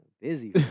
busy